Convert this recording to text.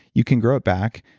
you can grow it back.